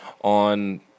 on –